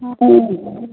हॅं